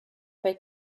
bei